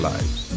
Lives